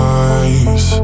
eyes